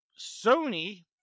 Sony